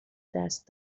دست